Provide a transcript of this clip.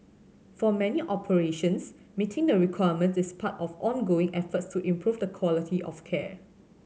for many operations meeting the requirements is part of ongoing efforts to improve the quality of care